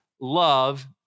Love